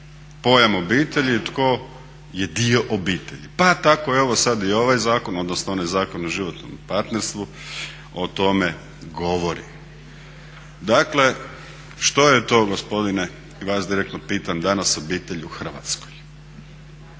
pojam obitelji i tko je dio obitelji. Pa tako evo sad i ovaj zakon, odnosno onaj Zakon o životnom partnerstvu, o tome govori. Dakle, što je to gospodine, vas direktno pitam, danas obitelj u Hrvatskoj?